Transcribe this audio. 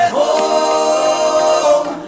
home